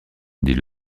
dit